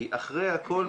אחרי הכול,